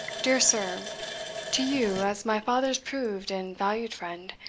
dear sir to you, as my father's proved and valued friend,